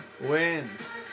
wins